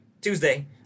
Tuesday